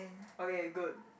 okay good